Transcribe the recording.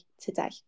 today